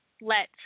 let